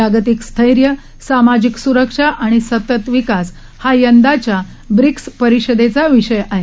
जागतिक स्थैर्य सामायिक स्रक्षा आणि सतत विकास हा यंदाच्या ब्रिक्स परिषदेचा विषय आहे